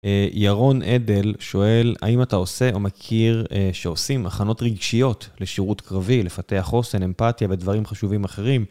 ירון עדל שואל, האם אתה עושה או מכיר שעושים הכנות רגשיות לשירות קרבי, לפתח חוסן, אמפתיה ודברים חשובים אחרים